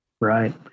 right